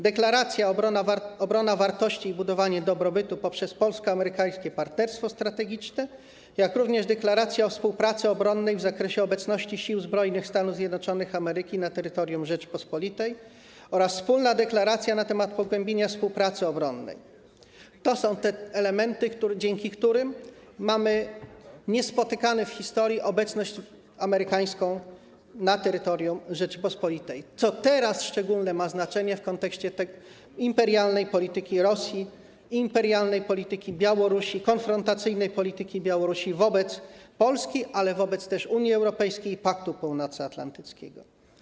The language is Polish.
Deklaracja o obronie wartości i budowaniu dobrobytu poprzez polsko-amerykańskie partnerstwo strategiczne, jak również deklaracja o współpracy obronnej w zakresie obecności sił zbrojnych Stanów Zjednoczonych Ameryki na terytorium Rzeczypospolitej oraz wspólna deklaracja na temat pogłębienia współpracy obronnej - to są te elementy, dzięki którym mamy niespotykaną w historii obecność amerykańską na terytorium Rzeczypospolitej, co teraz ma szczególne znaczenie w kontekście imperialnej polityki Rosji, imperialnej polityki Białorusi, konfrontacyjnej polityki Białorusi wobec Polski, ale także wobec Unii Europejskiej i Paktu Północnoatlantyckiego.